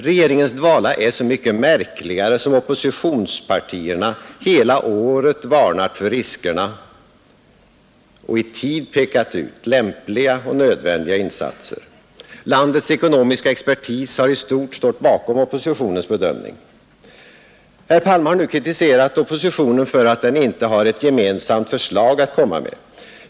Regeringens dvala är så mycket märkligare som oppositionspartierna hela året varnat för riskerna och i tid pekat ut lämpliga och nödvändiga insatser. Landets ekonomiska expertis har i stort stått bakom oppositionens bedömning. Herr Palme har kritiserat oppositionen för att den inte har ett gemensamt förslag att komma med.